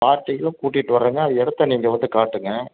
பார்ட்டியும் கூட்டிகிட்டு வரங்க அந்த இடத்த நீங்கள் வந்து காட்டுங்கள்